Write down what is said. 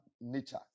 nature